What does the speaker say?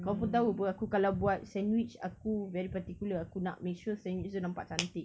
kau pun tahu [pe] aku kalau buat sandwich aku very particular aku nak make sure sandwich dia nampak cantik